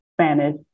Spanish